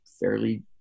fairly